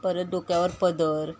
परत डोक्यावर पदर